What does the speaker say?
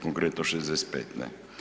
Konkretno 65.